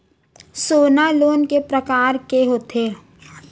सोना लोन के प्रकार के होथे?